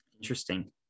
Interesting